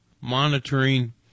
monitoring